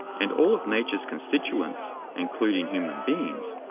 and all of nature's constituents, including human beings,